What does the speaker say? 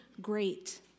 great